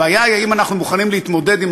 הבעיה היא האם אנחנו מוכנים להתמודד עם